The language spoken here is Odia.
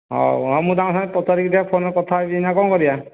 ହଉ ହଉ ହଁ ମୁଁ ତାଙ୍କ ସାଙ୍ଗେ ପଚାରିକି ଫୋନ୍ରେ କଥା ହେବି ଏଇନା କ'ଣ କରିବା